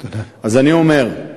אז אני אומר: